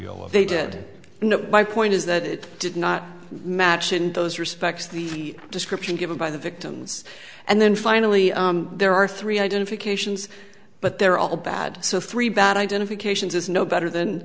well they did my point is that it did not match in those respects the description given by the victims and then finally there are three identifications but they're all bad so three bad identifications is no better than